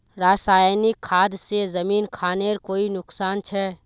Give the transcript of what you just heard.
रासायनिक खाद से जमीन खानेर कोई नुकसान छे?